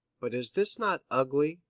but is this not ugly,